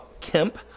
Kemp